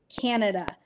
Canada